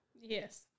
Yes